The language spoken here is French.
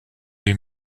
les